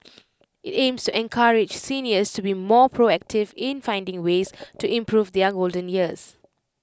IT aims encourage seniors to be more proactive in finding ways to improve their golden years